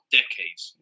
decades